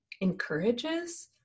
encourages